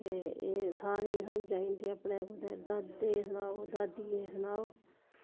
ते एह् सारें गी समझ आई जंदी अपने कुतै दादे गी सनाओ दादियै गी सनाओ